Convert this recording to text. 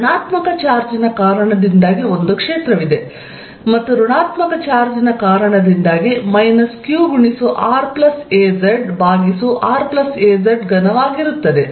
ಧನಾತ್ಮಕ ಚಾರ್ಜ್ನ ಕಾರಣದಿಂದಾಗಿ ಒಂದು ಕ್ಷೇತ್ರವಿದೆ ಮತ್ತು ಋಣಾತ್ಮಕ ಚಾರ್ಜ್ನ ಕಾರಣದಿಂದಾಗಿ q r az ಭಾಗಿಸು r az ಘನವಾಗಿರುತ್ತದೆ